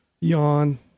yawn